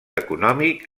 econòmic